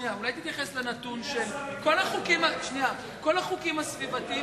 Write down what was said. אולי תתייחס לנתון שכל החוקים הסביבתיים